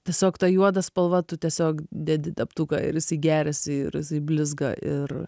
tiesiog ta juoda spalva tu tiesiog dedi teptuką ir jisai gerisi ir jisai blizga ir